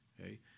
okay